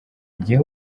njyewe